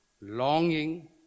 longing